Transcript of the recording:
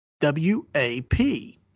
W-A-P